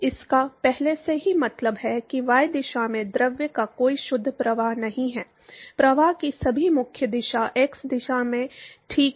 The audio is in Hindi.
इसका पहले से ही मतलब है कि y दिशा में द्रव का कोई शुद्ध प्रवाह नहीं है प्रवाह की सभी मुख्य दिशा x दिशा में ठीक है